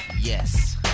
Yes